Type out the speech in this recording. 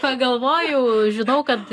pagalvojau žinau kad